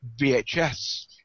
VHS